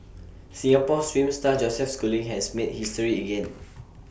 Singapore swim star Joseph schooling has made history again